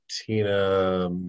Tina